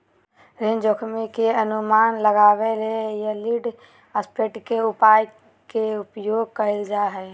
ऋण जोखिम के अनुमान लगबेले यिलड स्प्रेड के उपाय के उपयोग कइल जा हइ